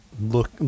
Look